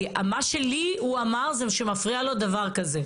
כי מה שלי הוא אמר זה שמפריע לו דבר כזה: